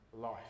life